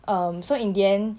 um so in the end